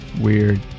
Weird